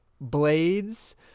Blades